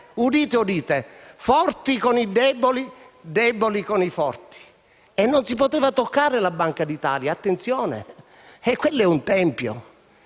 udite - i forti. Forti con i deboli e deboli con i forti. Non si poteva toccare la Banca d'Italia, attenzione: quello è un tempio.